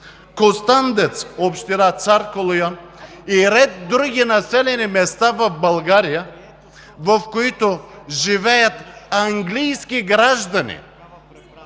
Костанденец – община Цар Калоян, и ред други населени места в България, в които живеят английски граждани,